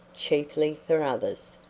chiefly for others.